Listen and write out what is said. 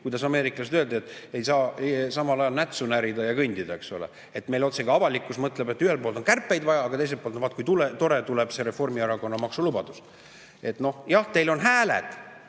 kuidas ameeriklaste kohta öeldi –, et ei saa samal ajal nätsu närida ja kõndida, eks ole. Meil otsekui avalikkus mõtleb, et ühelt poolt on kärpeid vaja, aga teiselt poolt on vaat kui tore, tuleb see Reformierakonna maksulubadus. Jah, teil on hääled,